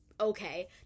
okay